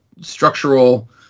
structural